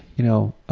you know,